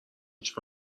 هیچ